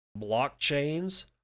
blockchains